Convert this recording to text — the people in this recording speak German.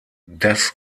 das